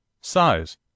Size